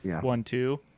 one-two